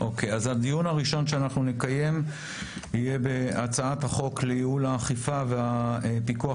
הדיון הראשון שנקיים יהיה בהצעת החוק לייעול האכיפה והפיקוח